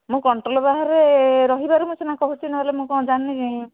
ମୁଁ କଣ୍ଟ୍ରୋଲ ବାହାରେ ରହିବାରୁ ମୁଁ ସିନା କହୁଛି ନହେଲେ ମୁଁ କ'ଣ ଜାଣିନି